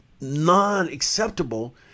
non-acceptable